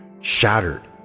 shattered